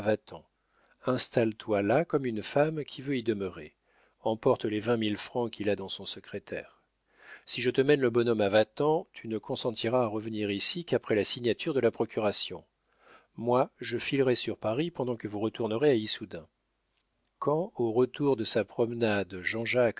vatan installe toi là comme une femme qui veut y demeurer emporte les vingt mille francs qu'il a dans son secrétaire si je te mène le bonhomme à vatan tu ne consentiras à revenir ici qu'après la signature de la procuration moi je filerai sur paris pendant que vous retournerez à issoudun quand au retour de sa promenade